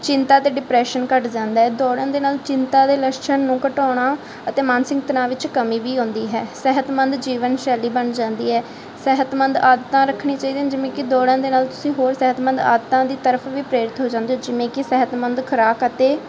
ਚਿੰਤਾ ਅਤੇ ਡਿਪਰੈਸ਼ਨ ਘੱਟ ਜਾਂਦਾ ਹੈ ਦੌੜਨ ਦੇ ਨਾਲ ਚਿੰਤਾ ਦੇ ਲੱਛਣ ਨੂੰ ਘਟਾਉਣਾ ਅਤੇ ਮਾਨਸਿਕ ਤਣਾਅ ਵਿੱਚ ਕਮੀ ਵੀ ਆਉਂਦੀ ਹੈ ਸਿਹਤਮੰਦ ਜੀਵਨ ਸ਼ੈਲੀ ਬਣ ਜਾਂਦੀ ਹੈ ਸਿਹਤਮੰਦ ਆਦਤਾਂ ਰੱਖਣੀਆਂ ਚਾਹੀਦੀਆਂ ਹਨ ਜਿਵੇਂ ਕਿ ਦੌੜਾਂ ਦੇ ਨਾਲ ਤੁਸੀਂ ਹੋਰ ਸਿਹਤਮੰਦ ਆਦਤਾਂ ਦੀ ਤਰਫ ਵੀ ਪ੍ਰੇਰਿਤ ਹੋ ਜਾਂਦੇ ਜਿਵੇਂ ਕਿ ਸਿਹਤਮੰਦ ਖੁਰਾਕ ਅਤੇ